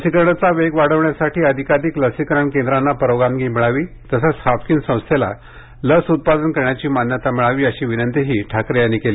लसीकरणाचा वेग वाढवण्यासाठी अधिकाधिक लसीकरण केंद्रांना परवानगी मिळावी तसेच हाफकिन संस्थेला लस उत्पादन करण्याची मान्यता मिळावी अशी विनंतीही ठाकरे यांनी केली